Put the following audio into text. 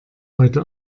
heute